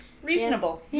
Reasonable